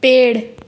पेड़